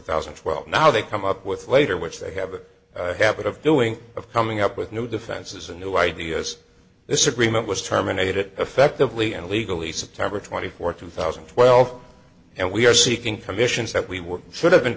thousand and twelve now they come up with later which they have a habit of doing of coming up with new defenses and new ideas this agreement was terminated effectively and legally september twenty fourth two thousand and twelve and we are seeking commissions that we should have been